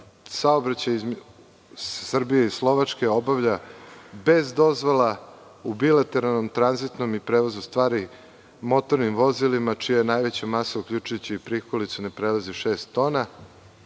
saobraćaj između Srbije i Slovačke obavlja bez dozvola u bilateralnom tranzitnom i prevozu stvari motornim vozilima čija je najveća masa uključujući i prikolicu ne prelazi šest tona,